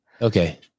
Okay